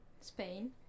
Spain